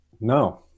No